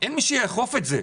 אין מי שיאכוף את זה.